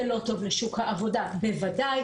זה לא טוב לשוק העבודה בוודאי,